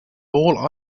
all